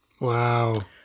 Wow